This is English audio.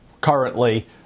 currently